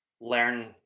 learn